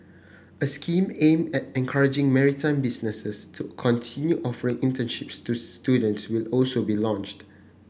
a scheme aimed at encouraging maritime businesses to continue offering internships to student will also be launched